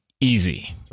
easy